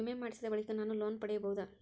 ವಿಮೆ ಮಾಡಿಸಿದ ಬಳಿಕ ನಾನು ಲೋನ್ ಪಡೆಯಬಹುದಾ?